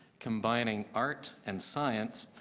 combining art and science,